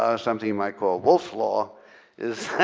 ah something um i call wolff law is